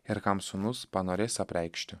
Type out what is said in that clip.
ir kam sūnus panorės apreikšti